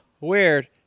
weird